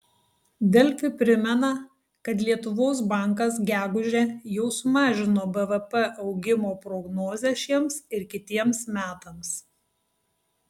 delfi primena kad lietuvos bankas gegužę jau sumažino bvp augimo prognozę šiems ir kitiems metams